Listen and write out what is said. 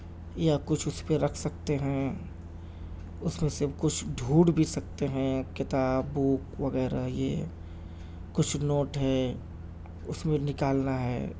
یا کچھ اس پہ رکھ سکتے ہیں اس میں سے کچھ ڈھونڈھ بھی سکتے ہیں کتاب بک وغیرہ یہ کچھ نوٹ ہے اس میں نکالنا ہے